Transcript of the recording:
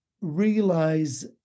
realize